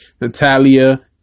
Natalia